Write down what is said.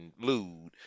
lewd